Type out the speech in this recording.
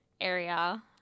area